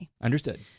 Understood